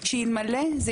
שאלמלא זה